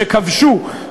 שכבשו,